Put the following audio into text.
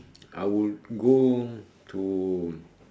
I would go to